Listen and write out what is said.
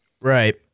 Right